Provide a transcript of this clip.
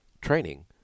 training